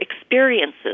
experiences